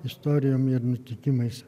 istorijom ir nutikimais